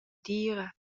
dira